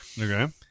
Okay